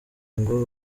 ngo